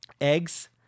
Eggs